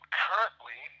currently